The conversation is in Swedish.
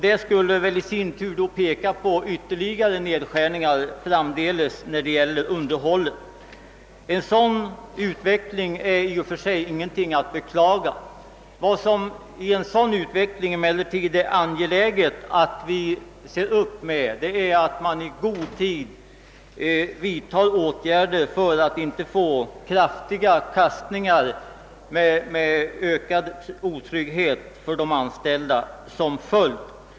Detta skulle då i sin tur kunna leda till ytterligare nedskärningar framdeles när det gäller underhållet. I och för sig är en sådan utveckling inte att beklaga. Vad som är angeläget att se till är emellertid att åtgärder vidtas i god tid, till undvikande av kraftiga kastningar med ökad otrygghet för de anställda som följd.